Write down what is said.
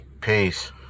Peace